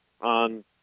on